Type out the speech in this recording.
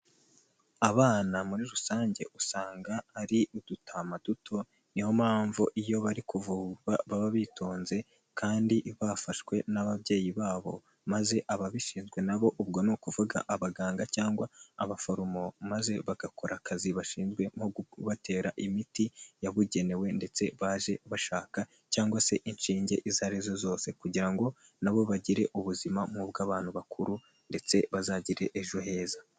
Abana muri rusange usanga ari udutama duto niyo mpamvu iyo bari kuvurwa baba bitonze kandi bafashwe n'ababyeyi babo ,maze ababishinzwe nabo ubwo ni ukuvuga abaganga cyangwa abaforomo maze bagakora akazi bashinzwe nko kubatera imiti yabugenewe ndetse baje bashaka cyangwa se inshinge izo arizo zose kugira ngo nabo bagire ubuzima nkubw'abantu bakuru ndetse bazagire ejo heza.